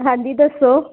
ਹਾਂਜੀ ਦੱਸੋ